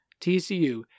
TCU